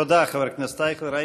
תודה, חבר הכנסת אייכלר.